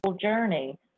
journey